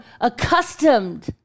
accustomed